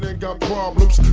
got problems.